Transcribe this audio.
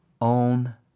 own